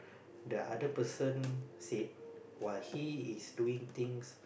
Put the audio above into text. the other person said while he is doing things